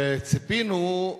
וציפינו,